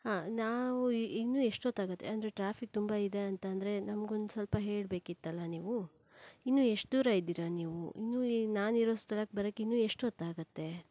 ಹಾ ನಾವು ಇನ್ನೂ ಎಷ್ಟೋತ್ತಾಗತ್ತೆ ಅಂದರೆ ಟ್ರಾಫಿಕ್ ತುಂಬ ಇದೆ ಅಂತಂದರೆ ನನಗೆ ಒಂದ್ಸ್ವಲ್ಪ ಹೇಳ್ಬೇಕಿತ್ತಲ್ಲ ನೀವು ಇನ್ನು ಎಷ್ಟು ದೂರ ಇದ್ದೀರಾ ನೀವು ಇನ್ನು ನಾನಿರೋ ಸ್ಥಳಕ್ಕೆ ಬರೋಕ್ಕೆ ಇನ್ನೂ ಎಷ್ಟೋತ್ತಾಗತ್ತೆ